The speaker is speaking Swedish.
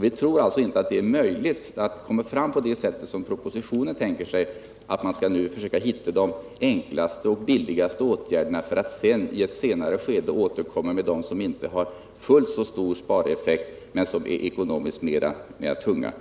Vi tror alltså att det inte är möjligt att komma fram på det sätt som propositionen föreslår, dvs. att försöka hitta de enklaste och billigaste åtgärderna nu för att i ett senare skede återkomma med sådana som inte har fullt så stor spareffekt men som är ekonomiskt tyngre.